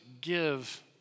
give